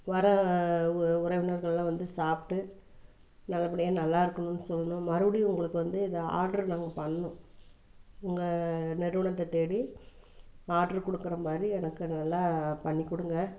வர்ற உறவினர்கள்லாம் வந்து சாப்பிட்டு நல்லபடியாக நல்லாயிருக்கணுன்னு சொல்லணும் மறுபடி உங்களுக்கு வந்து இந்த ஆட்ரு நாங்கள் பண்ணணும் உங்கள் நிறுவனத்தை தேடி ஆட்ரு கொடுக்குற மாதிரி எனக்கு அது நல்லா பண்ணி கொடுங்க